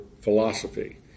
philosophy